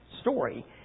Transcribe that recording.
story